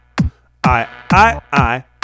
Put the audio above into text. I-I-I